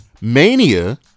Mania